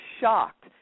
shocked